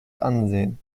ansehen